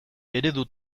eredu